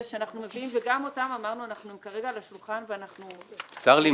שאנחנו מביאים וגם לגביהן אמרנו שכרגע הן על השולחן.ף צר לי,